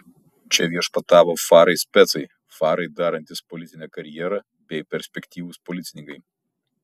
čia viešpatavo farai specai farai darantys politinę karjerą bei perspektyvūs policininkai